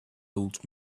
old